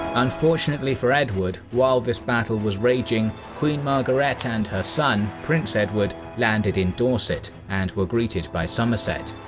unfortunately for edward, while this battle was raging, queen margaret and her son prince edward landed in dorset and were greeted by somerset.